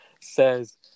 says